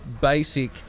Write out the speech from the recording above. basic